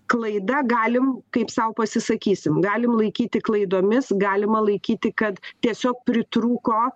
klaida galim kaip sau pasisakysim galim laikyti klaidomis galima laikyti kad tiesiog pritrūko